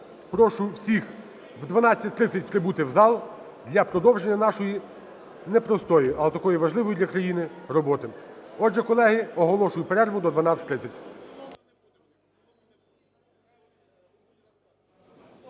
Прошу всіх о 12:30 прибути в зал для продовження нашої непростої, але такої важливої для країни роботи. Отже, колеги, оголошую перерву до 12:30.